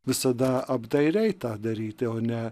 visada apdairiai tą daryti o ne